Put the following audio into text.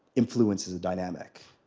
influences the dynamic.